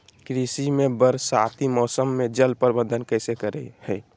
कृषि में बरसाती मौसम में जल प्रबंधन कैसे करे हैय?